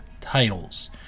titles